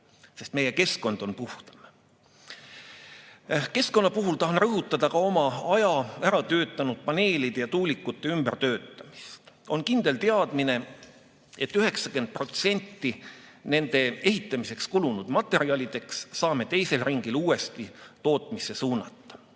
sest meie keskkond on puhtam. Keskkonna puhul tahan rõhutada ka oma aja äratöötanud paneelide ja tuulikute ümbertöötamist. On kindel teadmine, et 90% nende ehitamiseks kulunud materjalidest saame teisel ringil uuesti tootmisse suunata. Viimaks